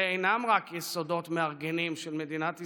אלה אינם רק יסודות מארגנים של מדינת ישראל,